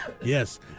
Yes